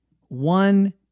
one